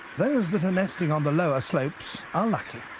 those that are nesting on the lower slopes are lucky.